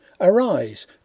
Arise